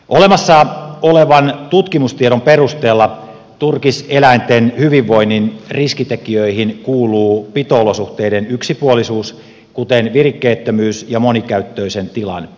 olemassa olevan tutkimustiedon perusteella turkiseläinten hyvinvoinnin riskitekijöihin kuuluu pito olosuhteiden yksipuolisuus kuten virikkeettömyys ja monikäyttöisen tilan puute